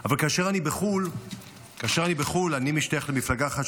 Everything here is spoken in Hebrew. אבל כאשר אני בחו"ל אני משתייך למפלגה אחת,